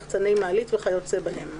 לחצני מעלית וכיוצא באלה,